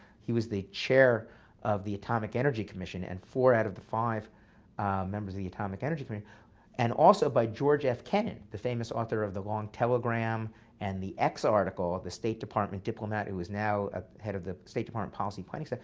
he was the chair of the atomic energy commission. and four out of the five members of the atomic energy committee and also george f. kennan, the famous author of the long telegram and the x article of the state department diplomat, who was now ah head of the state department policy planning session,